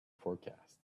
forecast